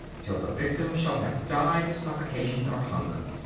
till the victim shall have died of suffocation or hunger.